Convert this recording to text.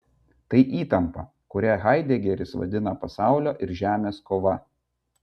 tai įtampa kurią haidegeris vadina pasaulio ir žemės kova